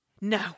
no